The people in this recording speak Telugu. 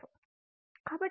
కాబట్టి ఇది f0 12 pi √ LC